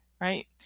right